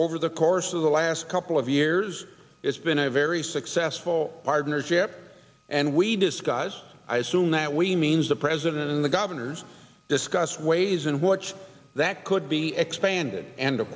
over the course of the last couple of years it's been a very successful partnership and we discussed i assume that we means the president and the governors discussed ways in which that could be expanded and t